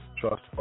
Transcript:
trust